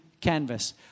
canvas